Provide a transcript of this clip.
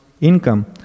income